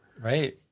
Right